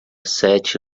sete